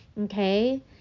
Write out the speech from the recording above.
okay